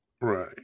Right